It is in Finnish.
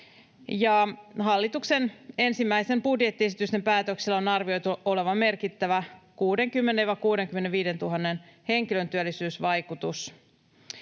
hallituksen ensimmäisten budjettiesitysten päätöksillä on arvioitu olevan merkittävä 60 000—65 000 henkilön työllisyysvaikutus.